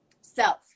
self